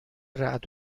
رعد